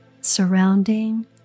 surrounding